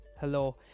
hello